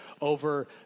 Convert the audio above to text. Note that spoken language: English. over